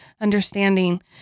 understanding